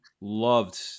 loved